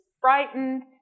frightened